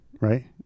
right